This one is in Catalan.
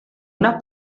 una